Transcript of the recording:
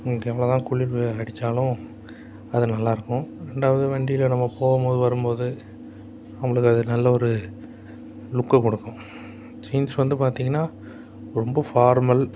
உங்களுக்கு எவ்வளோ தான் குளிர் அடித்தாலும் அது நல்லாயிருக்கும் ரெண்டாவது வண்டியில் நம்ம போகும்போது வரும்போது நம்மளுக்கு அது நல்ல ஒரு லுக்கை கொடுக்கும் ஜீன்ஸ் வந்து பார்த்தீங்கன்னா ரொம்ப ஃபார்மல்